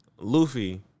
Luffy